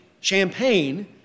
Champagne